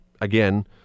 again